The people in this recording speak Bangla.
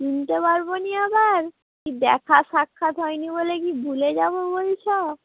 চিনতে পারব না আবার কী দেখা সাক্ষাৎ হয়নি বলে কি ভুলে যাব বলছ